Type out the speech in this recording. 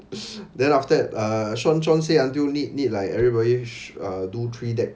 then after that uh shawn shawn say until need need like everybody uh do three deck